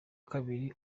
kabiri